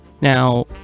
Now